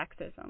sexism